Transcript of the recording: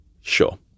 Sure